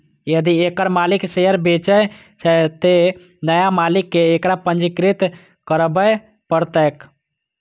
यदि एकर मालिक शेयर बेचै छै, तं नया मालिक कें एकरा पंजीकृत करबय पड़तैक